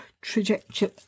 trajectory